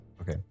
Okay